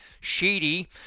Sheedy